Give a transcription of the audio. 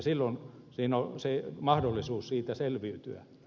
silloin on mahdollisuus siitä selviytyä